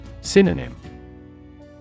Synonym